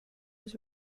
was